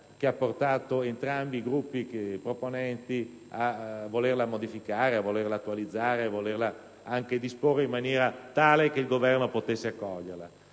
che ha portato entrambi i Gruppi proponenti a volerle modificare, attualizzare, ed anche disporre in maniera tale che il Governo potesse accoglierle.